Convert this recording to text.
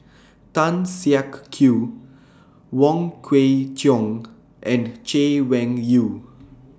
Tan Siak Kew Wong Kwei Cheong and Chay Weng Yew